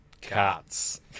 cats